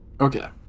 Okay